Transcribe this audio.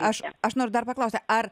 aš aš noriu dar paklausti ar